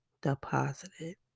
deposited